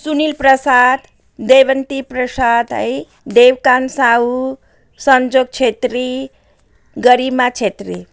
सुनिल प्रसाद देवन्ती प्रसाद है देवकान्त साहू सन्जोक छेत्री गरिमा छेत्री